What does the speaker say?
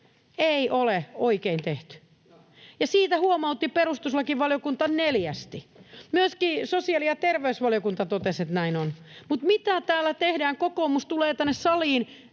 ole oikein tehtyjä. Siitä huomautti perustuslakivaliokunta neljästi. Myöskin sosiaali- ja terveysvaliokunta totesi, että näin on. Mutta mitä täällä tehdään? Kokoomus tulee tänne saliin